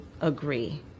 agree